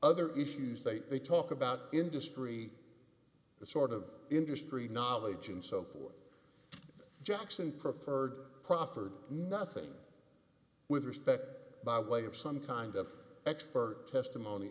other issues they talk about industry the sort of industry knowledge and so forth jackson preferred proffered nothing with respect by way of some kind of expert testimony